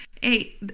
hey